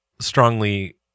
strongly